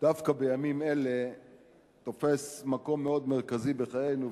דווקא בימים אלה תופס מקום מאוד מרכזי בחיינו,